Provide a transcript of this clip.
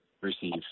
receive